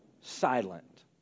silent